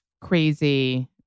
crazy